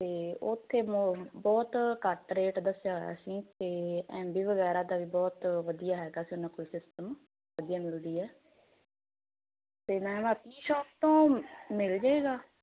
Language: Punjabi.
ਤੇ ਉਥੇ ਬਹੁਤ ਘੱਟ ਰੇਟ ਦੱਸਿਆ ਹੋਇਆ ਸੀ ਤੇ ਰੈੱਡਮੀ ਵਗੈਰਾ ਦਾ ਵੀ ਬਹੁਤ ਵਧੀਆ ਹੈਗਾ ਸੀ ਉਹਨਾਂ ਕੋਲ ਸਿਸਟਮ ਵਧੀਆ ਮਿਲਦੀ ਹੈ ਤੇ ਮੈਮ ਆਪਣੀ ਸ਼ੋਪ ਤੋਂ ਮਿਲਜੇਗਾ